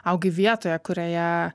augai vietoje kurioje